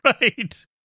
Right